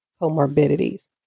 comorbidities